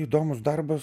įdomus darbas